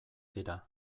dira